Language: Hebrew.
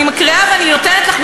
אני מקריאה ואני נותנת לך,